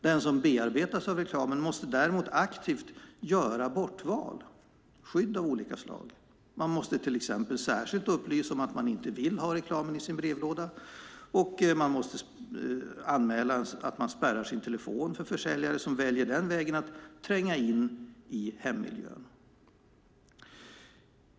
Den som bearbetas av reklamen måste däremot aktivt välja bort saker och ha skydd av olika slag. Man måste till exempel upplysa om att man inte vill ha reklam i sin brevlåda, och man måste anmäla att man vill spärra sin telefon för försäljare som väljer den vägen att tränga in i hemmiljön.